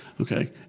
Okay